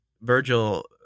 Virgil